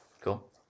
cool